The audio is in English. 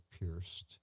pierced